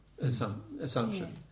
Assumption